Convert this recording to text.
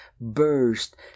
burst